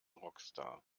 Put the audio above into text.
rockstar